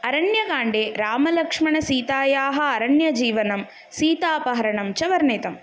अरण्यकाण्डे रामलक्षणसीतायाः अरण्यजीवनं सीतापहरणं च वर्णितम्